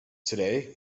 today